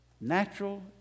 natural